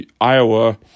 Iowa